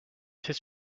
his